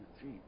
three